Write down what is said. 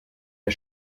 der